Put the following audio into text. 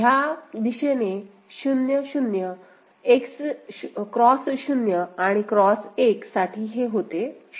ह्या या दिशेने 0 0 X 0 आणि X 1 साठी हे होते 01